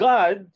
God